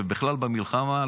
ובכלל המלחמה,